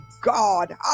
God